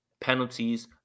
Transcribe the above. penalties